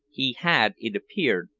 he had, it appeared,